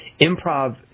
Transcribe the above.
improv